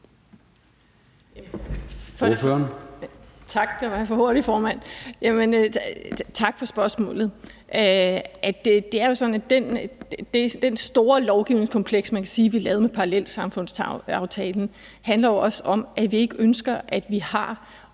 Ordføreren. Kl. 20:27 Heidi Bank (V): Tak, formand. Tak for spørgsmålet. Det er jo sådan, at det store lovgivningskompleks, man kan sige vi lavede med parallelsamfundsaftalen, også handler om, at vi ikke ønsker, at vi har